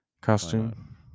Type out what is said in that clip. Costume